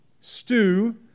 stew